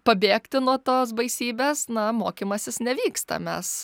pabėgti nuo tos baisybės na mokymasis nevyksta mes